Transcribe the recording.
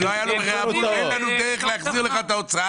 אומרים לו שאין דרך להחזיר לו את ההוצאה,